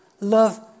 Love